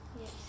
Yes